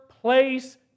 place